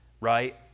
right